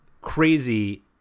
crazy